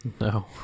No